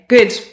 Good